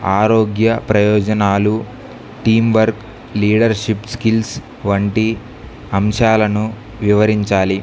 ఆరోగ్య ప్రయోజనాలు teamwork leadership skills వంటి అంశాలను వివరించాలి